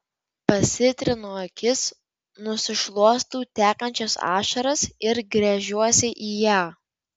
pasitrinu akis nusišluostau tekančias ašaras ir gręžiuosi į ją